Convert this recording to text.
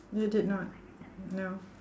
you did not no